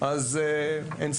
כשאין אמון,